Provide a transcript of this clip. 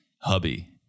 hubby